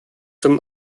zum